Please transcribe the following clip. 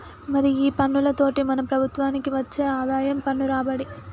మరి ఈ పన్నులతోటి మన ప్రభుత్వనికి వచ్చే ఆదాయం పన్ను రాబడి